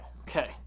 Okay